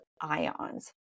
ions